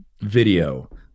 video